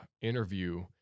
interview